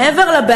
אוקיי.